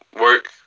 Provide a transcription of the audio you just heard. work